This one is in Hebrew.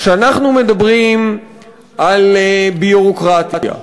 כשאנחנו מדברים על ביורוקרטיה,